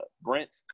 Brent